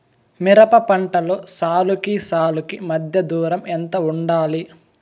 మిరప పంటలో సాలుకి సాలుకీ మధ్య దూరం ఎంత వుండాలి?